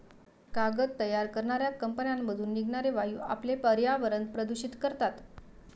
कागद तयार करणाऱ्या कंपन्यांमधून निघणारे वायू आपले पर्यावरण प्रदूषित करतात